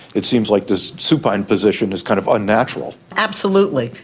it seems like this supine position is kind of unnatural. absolutely,